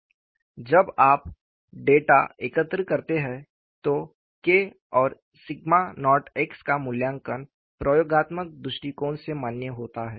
जब आप डेटा एकत्र करते हैं तो K और सिग्मा नॉट x का मूल्यांकन प्रयोगात्मक दृष्टिकोण से मान्य होता है